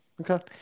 Okay